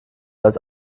als